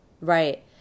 right